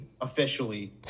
officially